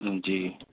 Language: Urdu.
جی